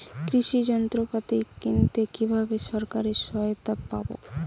কৃষি যন্ত্রপাতি কিনতে কিভাবে সরকারী সহায়তা পাব?